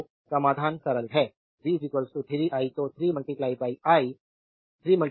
तो समाधान सरल है v 3 I तो 3 4 क्रॉस 100 pi t